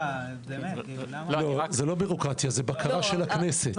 זוהי לא בירוקרטיה, זוהי בקרה של הכנסת.